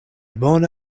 bona